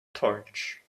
torch